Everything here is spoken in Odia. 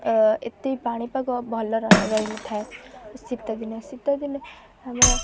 ଏତେ ପାଣିପାଗ ଭଲ ରହିନଥାଏ ଶୀତଦିନେ ଶୀତଦିନେ ଆମର